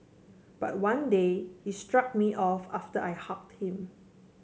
but one day he shrugged me off after I hugged him